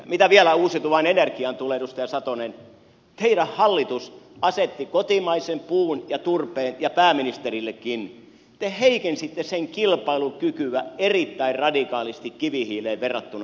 mitä vielä uusiutuvaan energiaan tulee edustaja satonen teidän hallitus heikensi kotimaisen puun ja turpeen ja pääministerillekin kilpailukykyä erittäin radikaalisti kivihiileen verrattuna